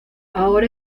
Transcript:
ahora